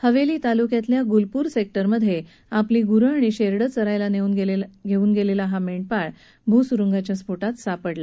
हवेली तालुक्यातल्या गुलपूर सेक उमधे आपली गुरं आणि शेरडं चरायला घेऊन गेलेला हा मेंढपाळ भूसुरुंगाच्या स्फोटात सापडला